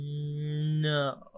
No